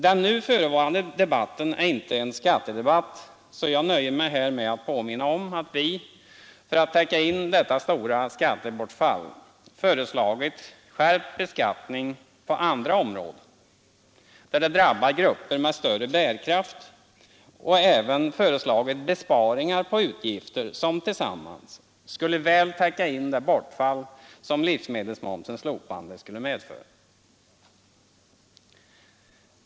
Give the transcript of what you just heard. Den nu förevarande debatten är inte en skattedebatt, så jag nöjer mig med att påminna om att vi, för att täcka in detta stora skattebortfall, föreslagit skärpt beskattning på andra områden, där det drabbar grupper med större bärkraft, och även föreslagit besparingar på utgifter som tillsammans skulle väl täcka in det bortfall som livsmedelsmomsens slopande skulle medföra.